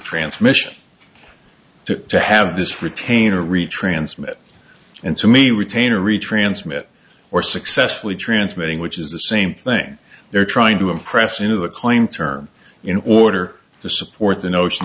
transmission to to have this retainer retransmit and to me retainer retransmit or successfully transmitting which is the same thing they're trying to impress in a claim term in order to support the notion